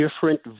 different